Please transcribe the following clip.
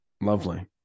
Lovely